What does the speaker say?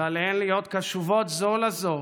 שעליהן להיות קשובות זו לזו